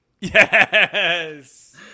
Yes